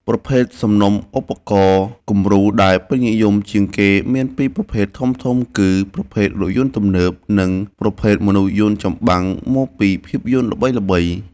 ប្រភេទសំណុំឧបករណ៍គំរូដែលពេញនិយមជាងគេមានពីរប្រភេទធំៗគឺប្រភេទរថយន្តទំនើប និងប្រភេទមនុស្សយន្តចម្បាំងមកពីភាពយន្តល្បីៗ។